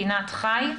פינת חי,